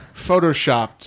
photoshopped